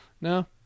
no